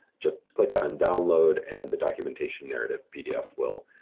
just click on download and the documentation narrative pdf will